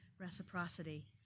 reciprocity